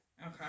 Okay